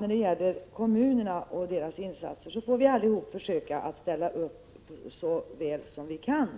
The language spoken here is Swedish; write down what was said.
När det gäller kommunerna och deras insatser håller jag med om att vi alla får försöka ställa upp så väl som vi kan